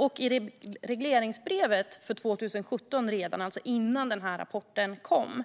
Och i regleringsbrevet redan för 2017, alltså innan denna rapport kom,